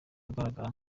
agaragiwe